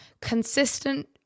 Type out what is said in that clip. Consistent